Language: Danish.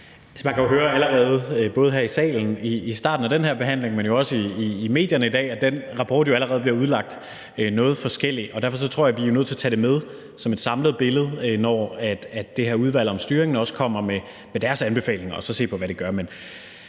man kan jo høre allerede her i salen i starten af den her behandling, men jo også i medierne i dag, at den rapport bliver udlagt noget forskelligt. Derfor tror jeg, vi er nødt til at tage det med som et samlet billede, når det her udvalg om styringen kommer med deres anbefalinger, og så se på, hvad man gør.